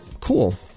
cool